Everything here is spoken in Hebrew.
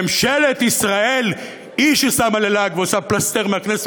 ממשלת ישראל היא ששמה ללעג ועושה פלסתר מהכנסת,